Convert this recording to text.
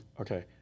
Okay